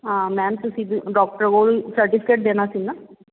ਹਾਂ ਮੈਮ ਤੁਸੀਂ ਡਾਕਟਰ ਕੋਲ ਸਰਟੀਫਿਕੇਟ ਦੇਣਾ ਸੀ ਨਾ